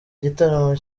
igitaramo